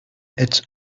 its